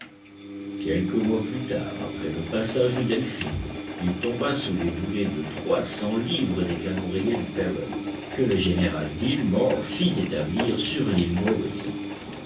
quelques mois plus tard après le passage du delphin il tomba sous les boulets de trois cents livres des canons rayés de parrott que le général gillmore fit établir sur